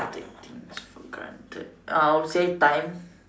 take things for granted I'll say time